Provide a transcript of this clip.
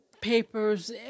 papers